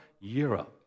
Europe